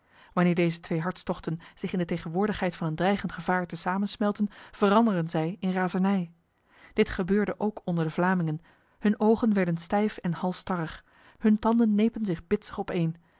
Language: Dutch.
wanneer deze twee hartstochten zich in de tegenwoordigheid van een dreigend gevaar te samen smelten veranderen zij in razernij dit gebeurde ook onder de vlamingen hun ogen werden stijf en halsstarrig hun tanden nepen zich bitsig opeen